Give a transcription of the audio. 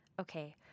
Okay